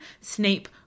Snape